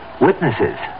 witnesses